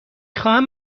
خواهم